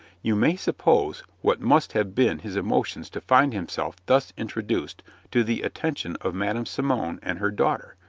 you may suppose what must have been his emotions to find himself thus introduced to the attention of madam simon and her daughter,